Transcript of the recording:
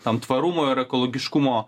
tam tvarumo ir ekologiškumo